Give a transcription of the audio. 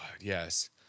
yes